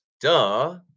Duh